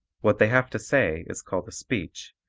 what they have to say is called a speech,